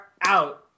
out